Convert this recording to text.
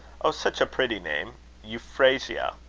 oh! such a pretty name euphrasia.